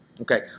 Okay